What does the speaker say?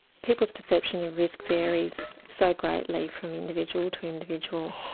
people's perceptions of risk varies so greatly from individual to individual.